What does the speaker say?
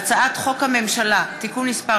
והצעת חוק הממשלה (תיקון מס'